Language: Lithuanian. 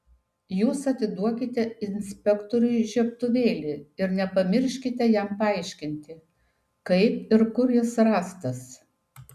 jūs atiduokite inspektoriui žiebtuvėlį ir nepamirškite jam paaiškinti kaip ir kur jis rastas